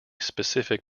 specific